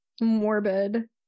morbid